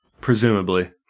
Presumably